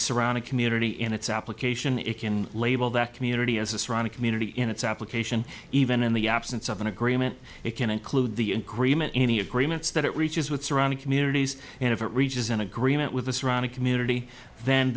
surrounding community in its application it can label that community as a surrounding community in its application even in the absence of an agreement it can include the agreement any agreements that it reaches with surrounding communities and if it reaches an agreement with the surrounding community then